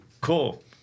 cool